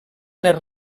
les